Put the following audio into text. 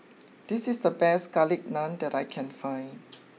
this is the best Garlic Naan that I can find